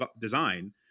design